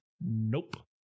nope